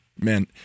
Man